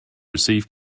receive